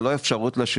ללא אפשרות לשינוי.